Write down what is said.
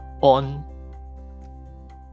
on